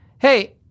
Hey